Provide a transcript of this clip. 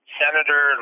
senator